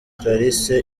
clarisse